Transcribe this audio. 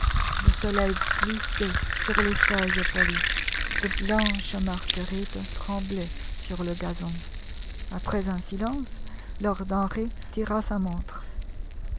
le soleil glissait sur les feuilles polies de blanches marguerites tremblaient sur le gazon après un silence lord henry tira sa montre